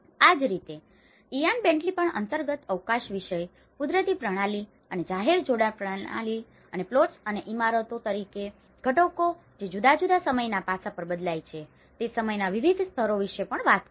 આ જ રીતે ઇયાન બેન્ટલી પણ અંતર્ગત અવકાશ વિષય કુદરતી પ્રણાલી અને જાહેર જોડાણ પ્રણાલી અને પ્લોટ્સ અને ઇમારતો અને ઘટકો કે જે જુદા જુદા સમયના પાસાઓ પર બદલાય છે તે સમયના વિવિધ સ્તરો વિશે પણ વાત કરે છે